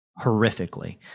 horrifically